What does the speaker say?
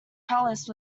palace